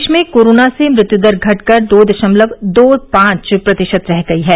देश में कोरोना से मृत्यु दर घटकर दो दशमलव दो पांच प्रतिशत रह गई है